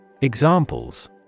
Examples